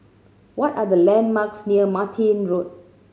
what are the landmarks near Martin Road